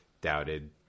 doubted